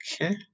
Okay